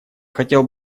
хотел